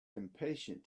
impatient